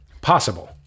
possible